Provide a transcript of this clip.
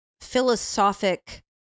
philosophic